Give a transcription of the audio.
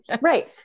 Right